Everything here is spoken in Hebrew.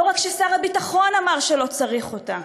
לא רק ששר הביטחון אמר שלא צריך אותה,